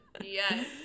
Yes